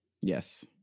Yes